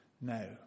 no